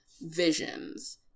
visions